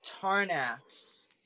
Tarnax